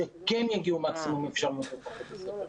שכן יגיעו מקסימום האפשרי לבית הספר,